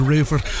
River